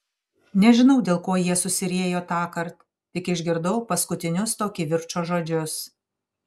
nežinau dėl ko jie susiriejo tąkart tik išgirdau paskutinius to kivirčo žodžius